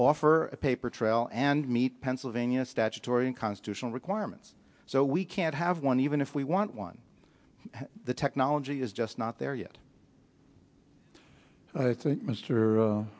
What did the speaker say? offer a paper trail and meet pennsylvania statutory and constitutional requirements so we can't have one even if we want one the technology is just not there yet